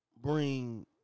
bring